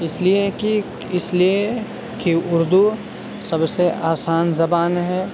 اس لیے کہ اس لیے کہ اردو سب سے آسان زبان ہے